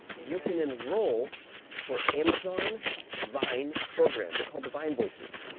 you can enroll for amazon vine program. they're called divine voices.